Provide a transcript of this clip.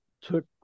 took